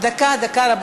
דב חנין.